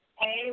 Hey